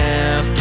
Half